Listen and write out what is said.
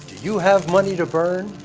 you have money to burn?